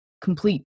complete